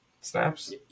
snaps